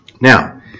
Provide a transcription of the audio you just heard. now